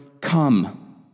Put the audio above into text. come